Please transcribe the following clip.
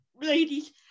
ladies